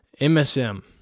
MSM